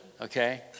okay